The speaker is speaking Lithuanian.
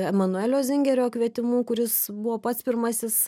emanuelio zingerio kvietimu kuris buvo pats pirmasis